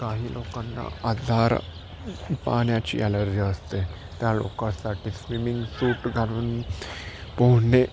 काही लोकांना आधार पाण्याची ॲलर्जी असते त्या लोकांसाठी स्विमिंग सूट घालून पोहणे